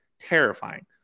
Terrifying